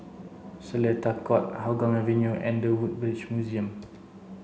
Seletar Court Hougang Avenue and the Woodbridge Museum